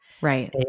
Right